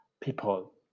people